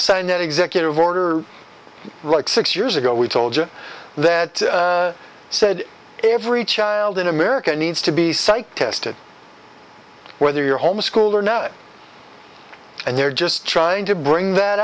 signed an executive order like six years ago we told you that said every child in america needs to be psych tested whether you're home school or no and they're just trying to bring that